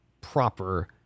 proper